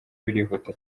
birihuta